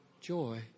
joy